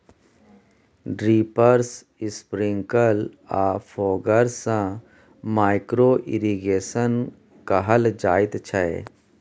drippers, sprinkle आ foggers सँ micro irrigation कहल जाइत छै